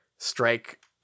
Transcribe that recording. strike